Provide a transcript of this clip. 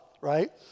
Right